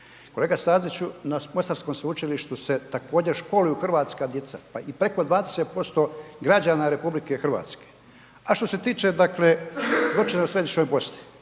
Kolega Staziću, na Mostarskom sveučilištu se također školuju hrvatska djeca, pa i preko 20% građana RH. A što se tiče, dakle, zločina u Središnjoj Bosni,